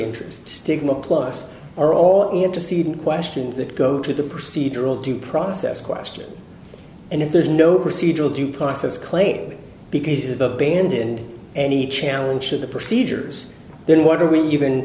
interest stigma plus or all interceded questions that go to the procedural due process question and if there's no procedural due process claim because the band in any challenge of the procedures then what are we even